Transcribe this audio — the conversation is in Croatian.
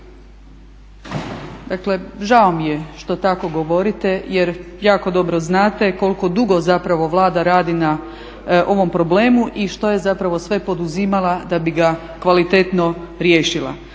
Dakle žao mi je što tako govorite jer jako dobro znate koliko dugo zapravo Vlada radi na ovom problemu i što je sve poduzimala da bi ga kvalitetno riješila.